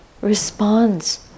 responds